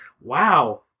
wow